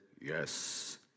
yes